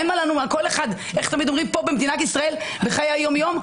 איך תמיד אומרים פה במדינת ישראל בחיי היום-יום?